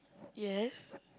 yes